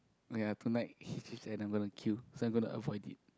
oh ya tonight I'm gonna queue so I'm gonna avoid it